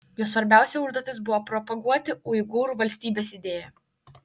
jo svarbiausia užduotis buvo propaguoti uigūrų valstybės idėją